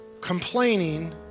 Complaining